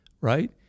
right